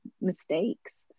mistakes